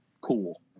cool